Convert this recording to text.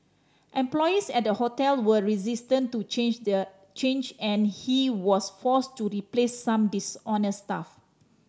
employees at the hotel were resistant to change their change and he was forced to replace some dishonest staff